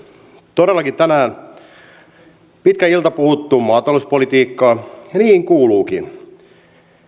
todellakin tänään on pitkä ilta puhuttu maatalouspolitiikkaa ja niin kuuluukin